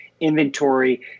inventory